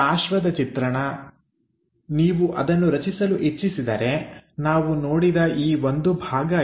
ಪಾರ್ಶ್ವದ ಚಿತ್ರಣ ನೀವು ಅದನ್ನು ರಚಿಸಲು ಇಚ್ಚಿಸಿದರೆ ನಾವು ನೋಡಿದ ಈ ಒಂದು ಭಾಗ ಇದೆ